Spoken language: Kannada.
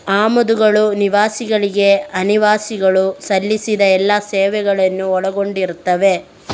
ಆಮದುಗಳು ನಿವಾಸಿಗಳಿಗೆ ಅನಿವಾಸಿಗಳು ಸಲ್ಲಿಸಿದ ಎಲ್ಲಾ ಸೇವೆಗಳನ್ನು ಒಳಗೊಂಡಿರುತ್ತವೆ